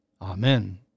Amen